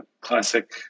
classic